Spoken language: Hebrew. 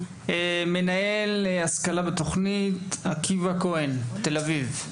מנהל השכלה בתוכנית, עקיבא כהן, תל אביב.